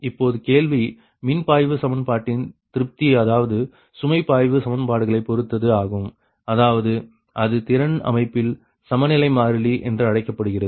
இப்பொழுது கேள்வி மின் பாய்வு சமன்பாட்டின் திருப்தி அதாவது சுமை பாய்வு சமன்பாடுகளை பொறுத்தது ஆகும் அதாவது அது திறன் அமைப்பில் சமநிலை மாறிலி என்று அழைக்கப்படுகிறது